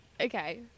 okay